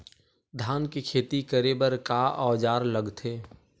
धान के खेती करे बर का औजार लगथे?